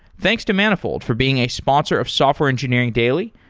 thanks to manifold for being a sponsor of software engineering daily,